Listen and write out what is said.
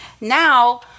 Now